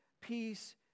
peace